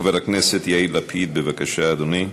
חבר הכנסת יאיר לפיד, בבקשה, אדוני.